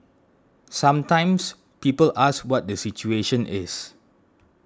sometimes people ask what the situation is